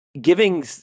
Giving